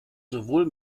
sowohl